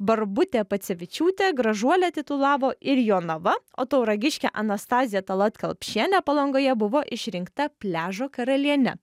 barbutė pacevičiūtė gražuolę titulavo ir jonava o tauragiškė anastazija talatkelpšienė palangoje buvo išrinkta pliažo karaliene